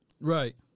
Right